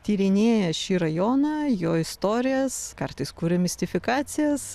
tyrinėja šį rajoną jo istorijas kartais kuria mistifikacijas